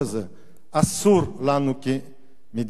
אסור לנו, כמדינת ישראל,